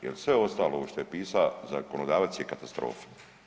Jer sve ostalo ovo što je pisa zakonodavac je katastrofa.